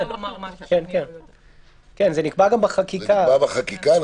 זה גם נקבע בחקיקה.